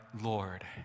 Lord